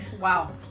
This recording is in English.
Wow